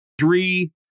three